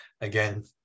Again